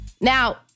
Now